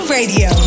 Radio